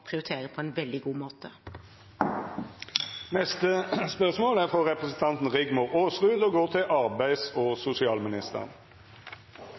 prioritere på en veldig god måte. Mitt spørsmål